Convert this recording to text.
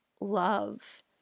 love